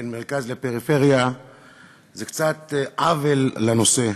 בין המרכז לפריפריה זה קצת עוול לנושא,